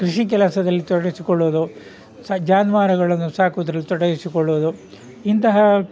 ಕೃಷಿ ಕೆಲಸದಲ್ಲಿ ತೊಡಗಿಸಿಕೊಳ್ಳೋದು ಸ ಜಾನುವಾರುಗಳನ್ನು ಸಾಕೋದ್ರಲ್ಲಿ ತೊಡಗಿಸಿಕೊಳ್ಳೋದು ಇಂತಹ